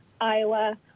Iowa